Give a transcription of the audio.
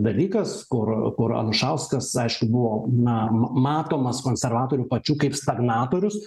dalykas kur kur anušauskas aišku buvo na matomas konservatorių pačių kaip stagnatorius